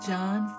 John